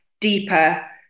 deeper